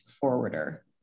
forwarder